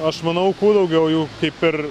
aš manau kuo daugiau jų kaip ir